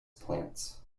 plants